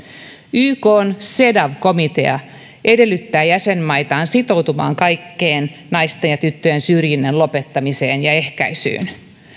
ykn cedaw komitea edellyttää jäsenmaitaan sitoutumaan kaikkeen naisten ja tyttöjen syrjinnän lopettamiseen ja ehkäisyyn